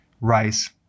rice